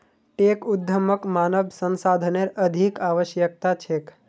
tech उद्यमक मानव संसाधनेर अधिक आवश्यकता छेक